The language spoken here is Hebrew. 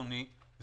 אדוני,